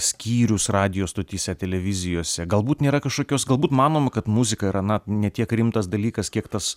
skyrius radijo stotyse televizijose galbūt nėra kažkokios galbūt manoma kad muzika yra na ne tiek rimtas dalykas kiek tas